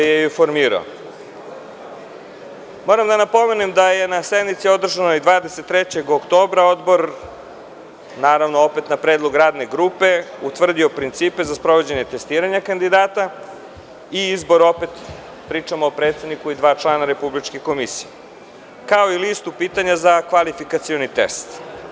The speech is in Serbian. Moram da napomenem da je na sednici održanoj 23. oktobra Odbor, naravno opet na predlog radne grupe, utvrdio principe za sprovođenje testiranja kandidata i izbor predsednika i dva člana Republičke komisije, kao i listu pitanja za kvalifikacioni test.